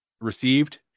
received